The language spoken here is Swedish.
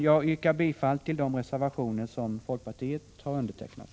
Jag yrkar bifall till de reservationer som folkpartiet har undertecknat.